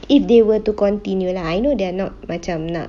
if they were to continue lah I know they're not macam nak